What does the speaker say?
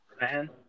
man